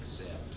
accept